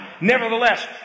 Nevertheless